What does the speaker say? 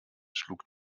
schlug